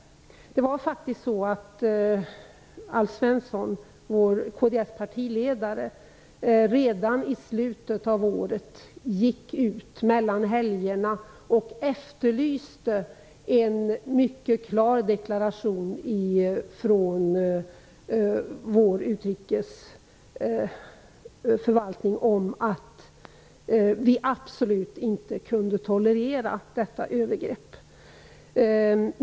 Vår partiledare, Alf Svensson, gick ut redan i slutet av året, mellan helgerna, och efterlyste en mycket klar deklaration ifrån vår utrikesförvaltning om att vi absolut inte kunde tolerera detta övergrepp.